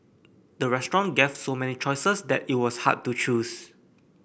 the restaurant gave so many choices that it was hard to choose